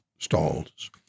stalls